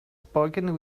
spoken